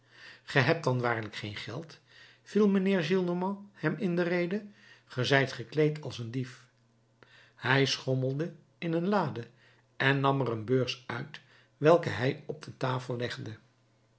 ge hebt dan waarlijk geen geld viel mijnheer gillenormand hem in de rede ge zijt gekleed als een dief hij schommelde in een lade en nam er een beurs uit welke hij op de tafel legde